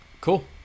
Cool